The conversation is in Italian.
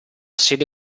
sede